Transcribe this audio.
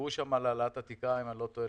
דיברו שם על העלאת התקרה, אם אני לא טועה,